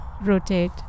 rotate